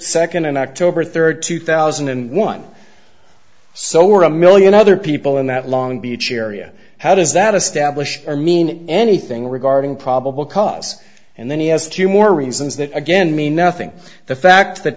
second and october third two thousand and one so are a million other people in that long beach area how does that establish or mean anything regarding probable cause and then he has two more reasons that again mean nothing the fact that